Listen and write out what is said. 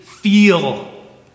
Feel